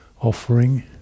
offering